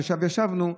ששם ישבנו,